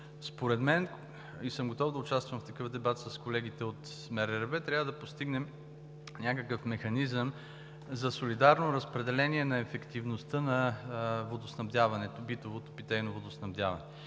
Според мен и съм готов да участвам в такъв дебат с колегите от МРРБ, трябва да постигнем някакъв механизъм за солидарно разпределение на ефективността на битовото питейно водоснабдяване.